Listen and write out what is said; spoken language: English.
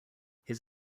his